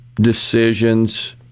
decisions